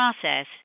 process